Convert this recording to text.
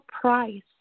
Price